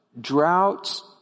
droughts